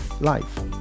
life